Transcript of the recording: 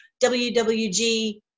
WWG